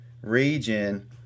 region